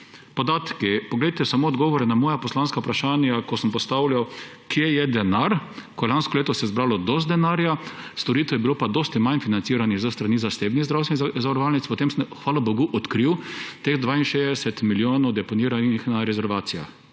Poglejte samo odgovore na moja poslanska vprašanja, ki sem jih postavljal, kje je denar, ker se je lansko leto zbralo dosti denarja, storitev je bilo pa veliko manj financiranih s strani zasebnih zdravstvenih zavarovalnic. Potem sem, hvala bogu, odkril teh 62 milijonov, deponiranih na rezervacijah;